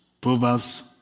Proverbs